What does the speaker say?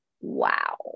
wow